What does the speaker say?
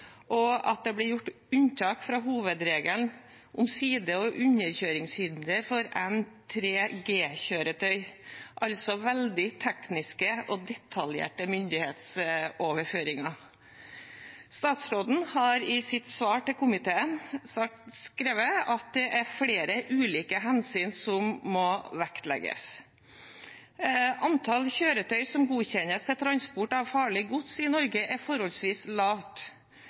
og at det blir gjort unntak fra hovedregelen om side- og underkjøringshinder for N3G-kjøretøy – altså veldig tekniske og detaljerte myndighetsoverføringer. Statsråden har i sitt svar til komiteen skrevet at det er flere ulike hensyn som må vektlegges. Antallet kjøretøy som godkjennes til transport av farlig gods i Norge, er forholdsvis lavt.